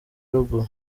ruguru